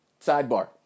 Sidebar